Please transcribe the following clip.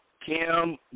Kim